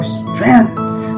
strength